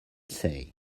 say